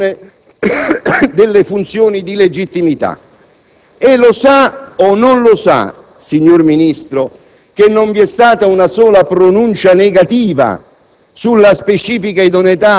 ma lo sa o non lo sa, signor Ministro, che questo giudizio di idoneità specifica è già previsto nell'attuale normativa consiliare,